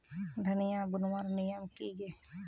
धनिया बूनवार नियम की गे?